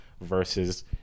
versus